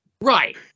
Right